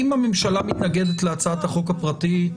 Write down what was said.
אם הממשלה מתנגדת להצעת החוק הפרטית,